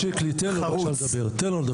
חבר הכנסת שיקלי, תן לו בבקשה לדבר.